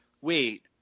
Wait